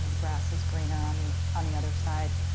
the grass is greener on the on the other side.